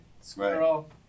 squirrel